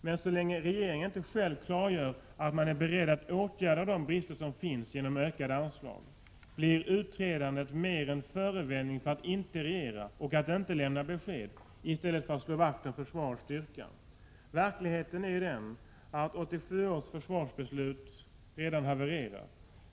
Men så länge regeringen själv inte klargör att man är beredd att åtgärda rådande brister genom ökade anslag, blir utredandet mer en förevändning för att inte regera och inte lämna besked än ett vaktslående om försvarets styrka. Verkligheten är ju den att 84 års försvarsbeslut redan havererat.